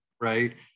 right